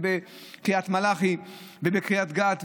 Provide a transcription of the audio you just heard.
בקריית מלאכי ובקריית גת,